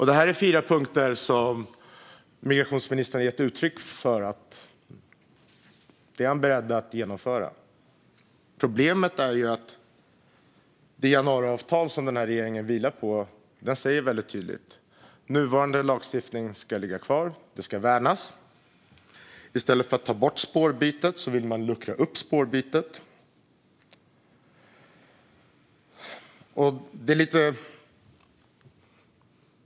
Dessa fyra punkter har migrationsministern gett uttryck för att han är beredd att genomföra. Problemet är att det januariavtal som regeringen vilar på säger väldigt tydligt att nuvarande lagstiftning ska ligga kvar och värnas. I stället för att ta bort spårbytet vill man luckra upp spårbytet.